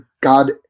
God